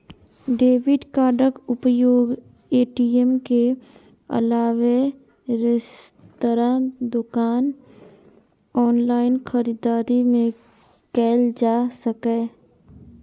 debit कार्डक उपयोग ATM के अलावे रेस्तरां, दोकान, ऑनलाइन खरीदारी मे कैल जा सकैए